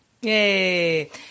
Yay